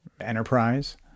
enterprise